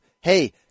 hey